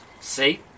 See